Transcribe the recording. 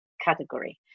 category